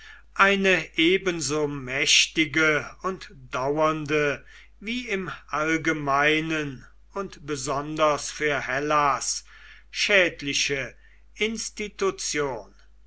eine ebenso mächtige und dauernde wie im allgemeinen und besonders für hellas schädliche institution